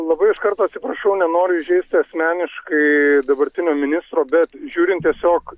labai iš karto atsiprašau nenoriu įžeisti asmeniškai dabartinio ministro bet žiūrin tiesiog